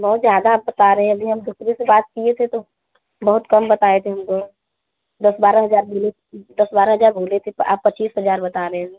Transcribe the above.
बहुत ज़्यादा आप बता रहे हैं अभी हम दूसरे से बात किए थे तो बहुत कम बताए थे हमको दस बारह हज़ार मिले दस बारह हज़ार बोले थे प आप पच्चीस हज़ार बता रहे हो